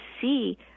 see